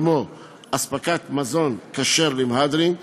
כמו אספקת מזון כשר למהדרין,